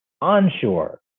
onshore